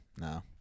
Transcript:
No